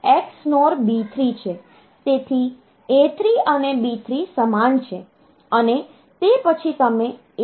તેથી A3 અને B3 સમાન છે અને તે પછી તમે A2 B2 બાર મળ્યો છે